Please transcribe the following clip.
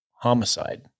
homicide